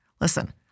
Listen